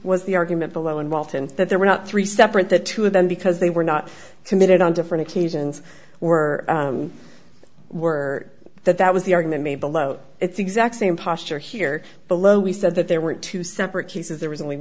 was the argument below and walton that there were not three separate the two of them because they were not committed on different occasions were were that that was the argument made below its exact same posture here below we said that there were two separate cases there was only